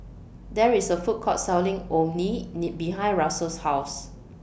There IS A Food Court Selling Orh Nee Nee behind Russell's House